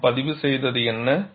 நாம் பதிவுசெய்தது என்ன